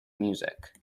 music